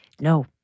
no